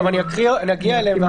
נגיע אליהם.